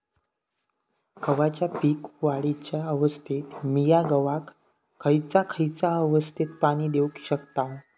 गव्हाच्या पीक वाढीच्या अवस्थेत मिया गव्हाक खैयचा खैयचा अवस्थेत पाणी देउक शकताव?